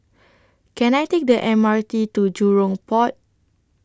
Can I Take The M R T to Jurong Port